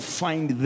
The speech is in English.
find